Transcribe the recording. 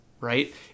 right